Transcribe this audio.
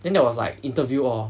then there was like interview hor